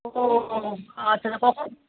ওও আচ্ছা কখন